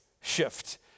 shift